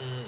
mm